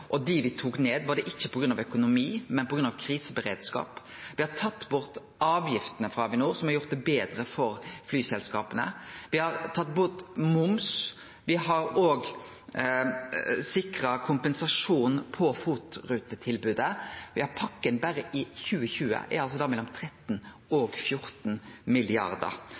tok ned, var ikkje det på grunn av økonomi, men på grunn av kriseberedskap. Me har tatt bort avgiftene frå Avinor, noko som har gjort det betre for flyselskapa. Me har tatt bort moms. Me har òg sikra kompensasjon i FOT-rutetilbodet. Pakken i 2020 er på mellom 13 og 14